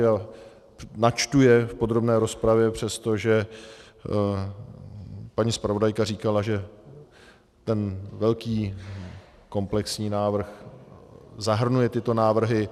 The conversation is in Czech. A načtu je v podrobné rozpravě přesto, že paní zpravodajka říkala, že ten velký komplexní návrh zahrnuje tyto návrhy.